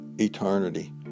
eternity